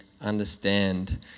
understand